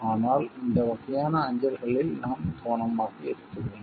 ஆனால் இந்த வகையான அஞ்சல்களில் நாம் கவனமாக இருக்க வேண்டும்